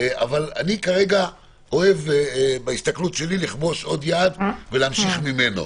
אבל כרגע אני אוהב בהסתכלות שלי לכבוש עוד יעד ולהמשיך ממנו.